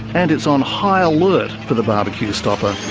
and it's on high alert for the barbecue stopper.